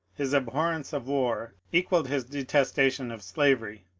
his abhorrence of war equalled his de testation of slavery,